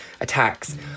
attacks